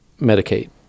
Medicaid